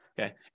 okay